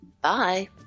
Bye